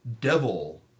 devil